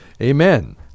Amen